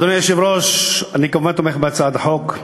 אדוני היושב-ראש, אני כמובן תומך בהצעת החוק.